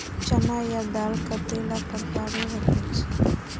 चना या दाल कतेला प्रकारेर होचे?